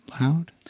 Loud